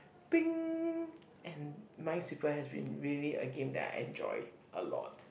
and Minesweeper has been really a game that I enjoy a lot